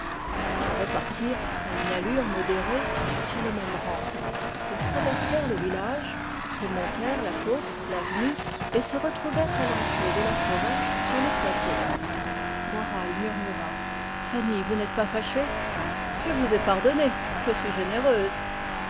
ils repartirent à une allure modérée sur le même rang ils traversèrent le village remontèrent la côte et se retrouvèrent à l'orée de la forêt sur le plateau barral murmura fanny vous n'êtes pas fâchée je vous ai pardonné je suis généreuse